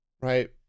right